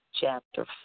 chapter